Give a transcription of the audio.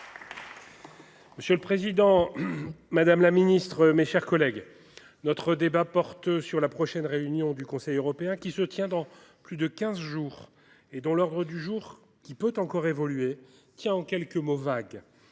Monsieur le président, madame la secrétaire d’État, mes chers collègues, notre débat porte sur la prochaine réunion du Conseil européen, qui se tiendra dans plus de quinze jours et dont l’ordre du jour, qui peut encore évoluer, tient en quelques mots vagues.